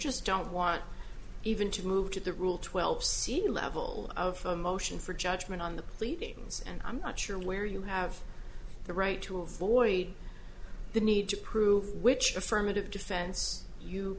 just don't want even to move to the rule twelve senior level of a motion for judgment on the pleadings and i'm not sure where you have the right to avoid the need to prove which affirmative defense you